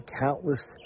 countless